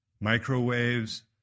Microwaves